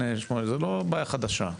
זו לא בעיה חדשה.